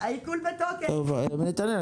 נתנאל,